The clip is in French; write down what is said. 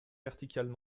verticales